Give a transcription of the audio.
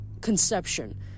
conception